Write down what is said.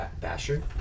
Basher